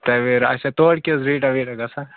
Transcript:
تَویرا اچھا تورٕ کیٛاہ حظ ریٹا ویٹا گَژھان